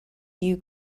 you